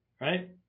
right